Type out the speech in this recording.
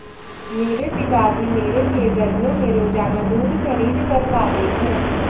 मेरे पिताजी मेरे लिए गर्मियों में रोजाना दूध खरीद कर लाते हैं